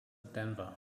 denver